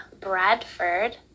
Bradford